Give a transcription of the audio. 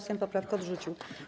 Sejm poprawkę odrzucił.